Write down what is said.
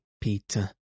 Peter